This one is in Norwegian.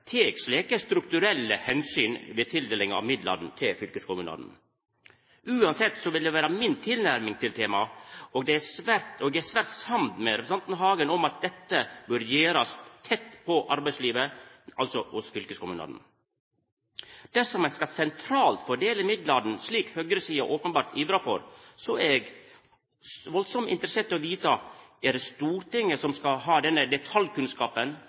tek slike strukturelle omsyn ved tildeling av midlane til fylkeskommunane. Uansett vil det vera mi tilnærming til temaet, og eg er svært samd med representanten Hagen i at dette bør gjerast tett på arbeidslivet, altså hos fylkeskommunane. Dersom ein sentralt skal fordela midlane, slik høgresida openbert ivrar for, er eg veldig interessert i å vita om det er Stortinget som skal ha denne detaljkunnskapen